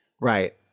Right